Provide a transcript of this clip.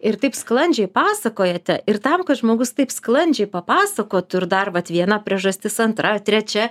ir taip sklandžiai pasakojate ir tam kad žmogus taip sklandžiai papasakotų ir dar vat viena priežastis antra trečia